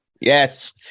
Yes